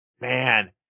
man